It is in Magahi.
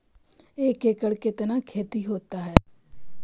एक एकड़ कितना खेति होता है?